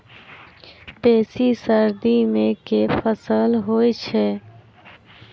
बेसी सर्दी मे केँ फसल होइ छै?